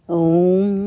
om